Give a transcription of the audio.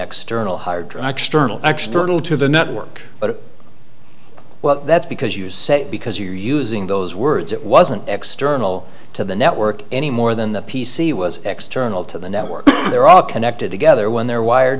turning to the network but well that's because you say because you're using those words it wasn't external to the network any more than the p c was external to the network they're all connected together when they're wired